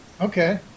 Okay